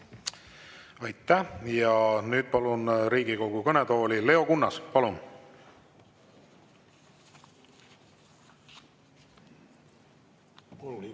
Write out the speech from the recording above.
Aitäh! Nüüd palun Riigikogu kõnetooli Leo Kunnase. Palun!